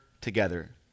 together